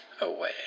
away